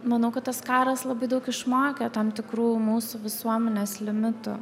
manau kad tas karas labai daug išmokė tam tikrų mūsų visuomenės limitų